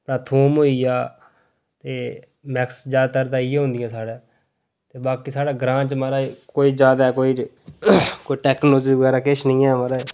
उप्परा थोम होई गेआ ते मैक्स जादैतर ते इयै होंदियां साढ़े ते बाकी साढ़े ग्रांऽ च महाराज कोई जादै कोई टेक्नोलॉजी बगैरा किश निं ऐ महाराज